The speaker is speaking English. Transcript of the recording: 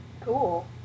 cool